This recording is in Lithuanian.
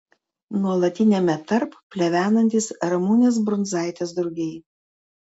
nuolatiniame tarp plevenantys ramunės brundzaitės drugiai